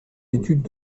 études